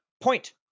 point